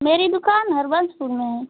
मेरी दुकान हरवंशपुर में में है